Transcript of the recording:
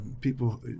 people